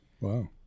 Wow